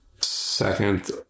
second